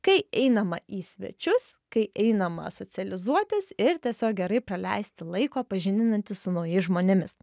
kai einama į svečius kai einama socializuotis ir tiesiog gerai praleisti laiko pažindinantis su naujais žmonėmis